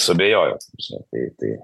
suabejojo ta prasme tai tai